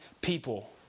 people